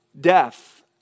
Death